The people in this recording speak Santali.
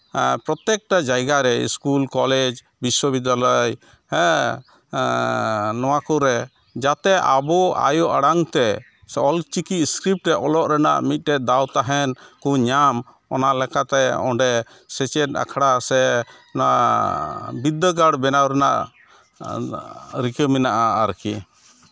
ᱯᱨᱚᱛᱮᱠᱴᱟ ᱡᱟᱭᱜᱟ ᱨᱮ ᱥᱠᱩᱞ ᱠᱚᱞᱮᱡᱽ ᱵᱤᱥᱥᱚ ᱵᱤᱫᱽᱫᱟᱞᱚᱭ ᱦᱮᱸ ᱱᱚᱣᱟ ᱠᱚᱨᱮ ᱡᱟᱛᱮ ᱟᱵᱚ ᱟᱭᱳ ᱟᱲᱟᱝ ᱛᱮ ᱥᱮ ᱚᱞ ᱪᱤᱠᱤ ᱥᱠᱨᱤᱯ ᱛᱮ ᱚᱞᱚᱜ ᱨᱮᱭᱟᱜ ᱢᱤᱫᱴᱮᱡ ᱫᱟᱣ ᱛᱟᱦᱮᱱ ᱠᱩ ᱧᱟᱢ ᱚᱱᱟ ᱞᱮᱠᱟᱛᱮ ᱚᱸᱰᱮ ᱥᱮᱪᱮᱫ ᱟᱠᱷᱲᱟ ᱥᱮ ᱚᱱᱟ ᱵᱤᱫᱽᱫᱟᱹᱜᱟᱲ ᱵᱮᱱᱟᱣ ᱨᱮᱱᱟᱜ ᱨᱤᱠᱟᱹ ᱢᱮᱱᱟᱜᱼᱟ ᱟᱨᱠᱤ